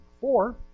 four